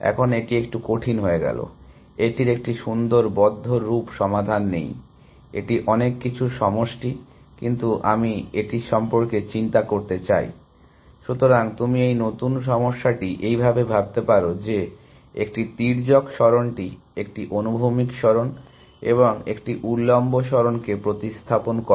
এখন এটি একটু কঠিন হয়ে গেলো এটির একটি সুন্দর বদ্ধ রূপ সমাধান নেই এটি অনেক কিছুর সমষ্টি কিন্তু আমি এটি সম্পর্কে চিন্তা করতে চাই । সুতরাং তুমি এই নতুন সমস্যাটি এইভাবে ভাবতে পারো যে একটি তির্যক সরণটি একটি অনুভূমিক সরণ এবং একটি উল্লম্ব সরণকে প্রতিস্থাপন করে